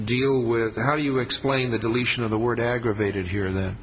deal with how do you explain the deletion of the word aggravated here that